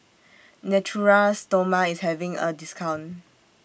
Natura Stoma IS having A discount